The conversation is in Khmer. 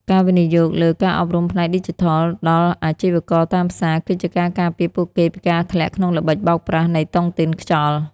ការវិនិយោគលើ "ការអប់រំផ្នែកឌីជីថល" ដល់អាជីវករតាមផ្សារ គឺជាការការពារពួកគេពីការធ្លាក់ក្នុងល្បិចបោកប្រាស់នៃតុងទីនខ្យល់។